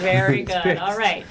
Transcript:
very good all right